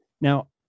now